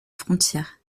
frontières